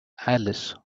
alice